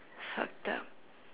fucked up